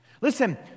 Listen